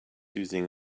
using